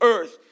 earth